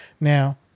Now